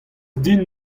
din